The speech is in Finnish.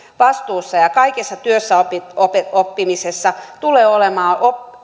vastuussa ja kaikessa työssäoppimisessa tulee olemaan